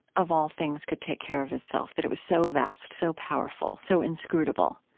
of all things, could take care of itself that it was so vast, so powerful, so inscrutable.